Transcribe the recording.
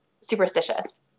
superstitious